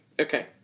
Okay